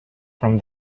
from